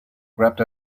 grabbed